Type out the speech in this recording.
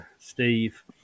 Steve